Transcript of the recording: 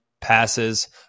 passes